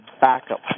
backup